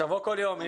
תבוא כל יום....